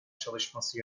çalışması